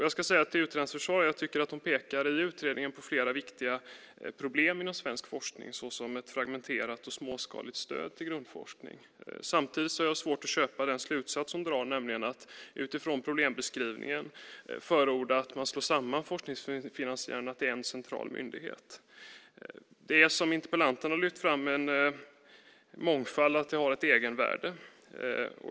Jag ska till utredarens försvar säga att jag tycker att hon i utredningen pekar på flera viktiga problem inom svensk forskning, såsom ett fragmenterat och småskaligt stöd till grundforskning. Samtidigt har jag svårt att köpa den slutsats hon drar. Utifrån problembeskrivningen förordar hon nämligen att man slår samman forskningsfinansiärerna till en central myndighet. Interpellanten har lyft fram att mångfald har ett egenvärde.